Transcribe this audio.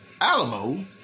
Alamo